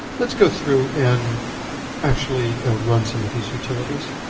let's go through and actually run some of these utilities.